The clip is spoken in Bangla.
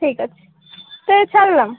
ঠিক আছে তাহলে ছাড়লাম